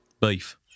Beef